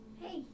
Hey